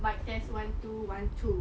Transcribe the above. mic test one two one two